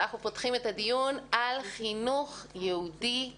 אנחנו פותחים את הדיון על חינוך יהודי בעולם.